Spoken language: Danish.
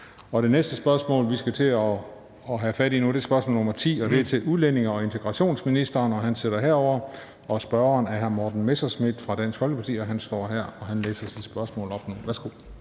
Det næste spørgsmål, vi skal til at have fat i, er spørgsmål nr. 10, og det er til udlændinge- og integrationsministeren, og han sidder herovre. Og spørgeren er hr. Morten Messerschmidt fra Dansk Folkeparti. Kl. 15:56 Spm. nr. S 620 10) Til udlændinge-